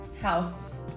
house